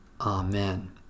Amen